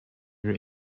your